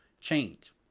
change